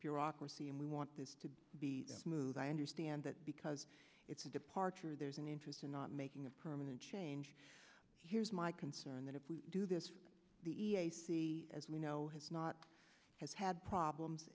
bureaucracy and we want this to be moved i understand that because it's a departure there's an interest in not making a permanent change here's my concern that if we do this the e s c as we know has not as had problems